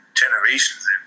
generations